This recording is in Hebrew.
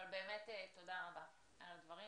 אבל באמת תודה רבה על הדברים,